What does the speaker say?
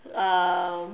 um